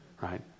Right